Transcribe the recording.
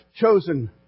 chosen